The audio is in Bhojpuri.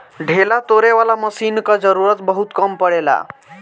ढेला तोड़े वाला मशीन कअ जरूरत बहुत कम पड़ेला